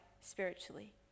spiritually